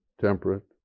temperate